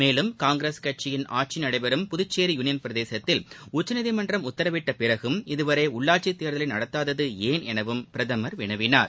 மேலும் காங்கிரஸ் கட்சியின் ஆட்சி நடைபெறும் புதுச்சேரி யூளியன் பிரதேசத்தில் உச்சநீதிமன்றம் உத்தரவிட்டபிறகும் இதுவரை உள்ளாட்சித்தேர்தலை நடத்தாதது ஏன் எனவும் பிரதமர் வினவினார்